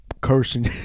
cursing